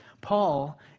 Paul